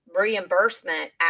reimbursement